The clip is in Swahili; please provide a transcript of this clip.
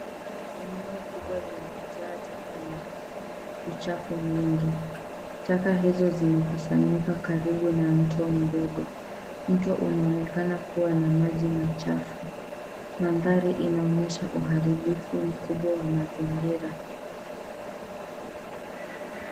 Eneo kubwa limejaa taka na uchafu mwingi. Taka hizo zimekusanyika karibu na mto mdogo. Mto unaonekana kuwa na maji machafu. Mandhari unaonyesha uharibifu mkubwa wa mazingira.